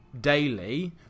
daily